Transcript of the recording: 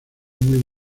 muy